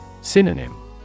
Synonym